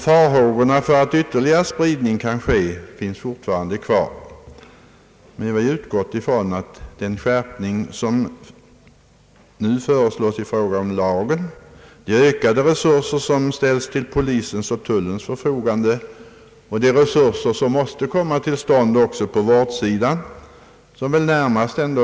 Farhågorna för att ytterligare spridning kan ske finns fortfarande kvar, men vi har utgått ifrån att den skärpning av lagen som nu föreslås tillsammans med de ökade resurser som ställts till polisens och tullens förfogande skall ge resultat.